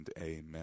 amen